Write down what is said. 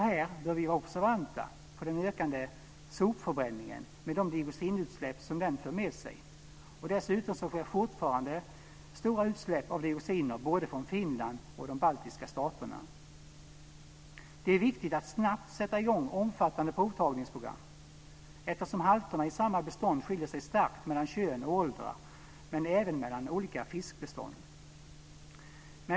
Här bör vi vara observanta på den ökande sopförbränningen med de dioxinutsläpp som den för med sig. Dessutom sker fortfarande stora utsläpp av dioxiner både från Finland och de baltiska staterna. Det är viktigt att snabbt sätta i gång omfattande provtagningsprogram eftersom halterna i samma bestånd skiljer sig starkt mellan kön och åldrar, men även mellan olika fiskbestånd.